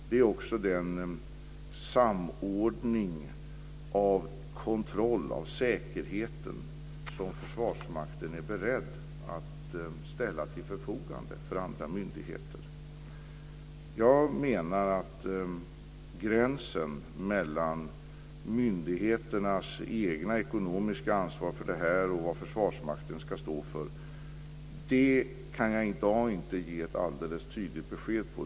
Det är också den samordning av kontroll av säkerheten som Försvarsmakten är beredd att ställa till förfogande för andra myndigheter. Var gränsen ska gå mellan myndigheternas egna ekonomiska ansvar för det och vad Försvarsmakten ska stå för kan jag i dag inte ge ett alldeles tydligen besked om.